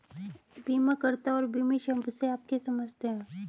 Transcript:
बीमाकर्ता और बीमित शब्द से आप क्या समझते हैं?